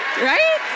Right